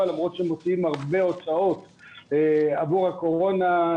למרות שהם מוציאים הרבה הוצאות עבור הקורונה,